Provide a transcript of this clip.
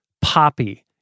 poppy